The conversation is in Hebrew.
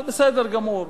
זה בסדר גמור,